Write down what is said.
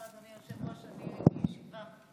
ברשותך, אדוני היושב-ראש, אני אדבר בישיבה.